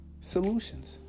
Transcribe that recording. solutions